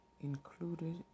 included